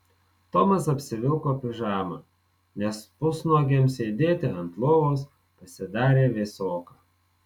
tomas apsivilko pižamą nes pusnuogiam sėdėti ant lovos pasidarė vėsoka